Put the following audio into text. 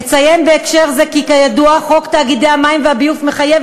אציין בהקשר זה כי כידוע חוק תאגידי מים וביוב מחייב